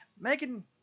Megan